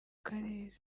karere